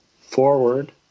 forward